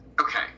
okay